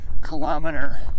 kilometer